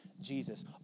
Jesus